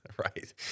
right